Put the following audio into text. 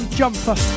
jumper